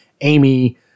Amy